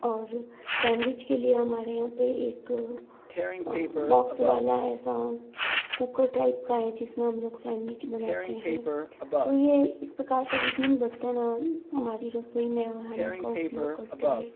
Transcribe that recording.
और सैंडविच के लिए हमारे यहाँ पर एक बॉक्स वाला ऐसा कुकर टाइप का है जिस में हम सैंडविच बनाते हैं तो ये इस प्रकार से विभिन्न बर्तन हमारी रसोई में और हम उनका उपयोग करते हैं